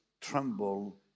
tremble